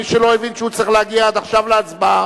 מי שלא הבין שהוא צריך להגיע עד עכשיו להצבעה,